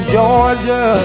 Georgia